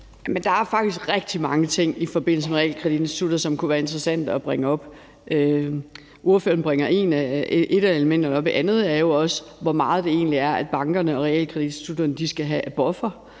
der er faktisk rigtig mange ting i forbindelse med realkreditinstitutterne, som det kunne være interessant at bringe op. Ordføreren bringer et af elementerne op. Et andet er jo også, hvor meget bankerne og realkreditinstitutterne egentlig skal have som buffer.